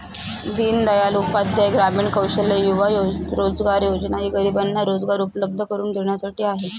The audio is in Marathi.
दीनदयाल उपाध्याय ग्रामीण कौशल्य युवा रोजगार योजना ही गरिबांना रोजगार उपलब्ध करून देण्यासाठी आहे